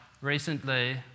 recently